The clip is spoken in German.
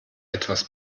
etwas